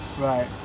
Right